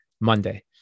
Monday